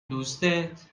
دوستت